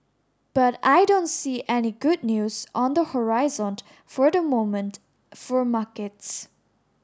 but I don't see any good news on the horizon for the moment for markets